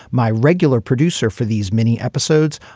my regular producer for these mini episodes,